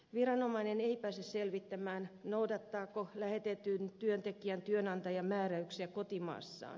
viranomainen ei pääse selvittämään noudattaako lähetetyn työntekijän työnantaja määräyksiä kotimaassaan